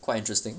quite interesting